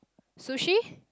sushi